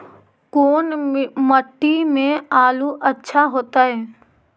कोन मट्टी में आलु अच्छा होतै?